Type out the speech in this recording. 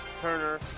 Turner